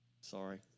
sorry